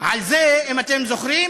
על זה, אם אתם זוכרים,